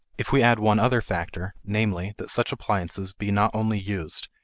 if we add one other factor, namely, that such appliances be not only used,